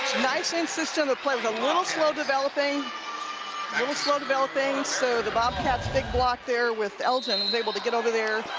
nice and system of play a little slow developing slow developing so the bobcats, big block there with elgin was able to get over there,